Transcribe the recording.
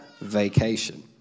vacation